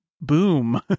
boom